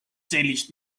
sellist